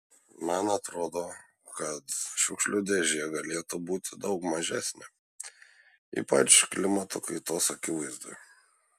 man atrodo kad šiukšlių dėžė galėtų būti daug mažesnė ypač klimato kaitos akivaizdoje